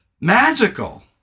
magical